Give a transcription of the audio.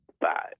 five